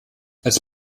als